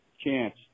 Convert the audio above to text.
chance